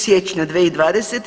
Siječnja 2020.